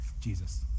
Jesus